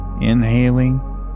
Inhaling